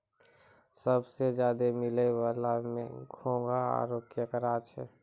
सबसें ज्यादे मिलै वला में घोंघा आरो केकड़ा छै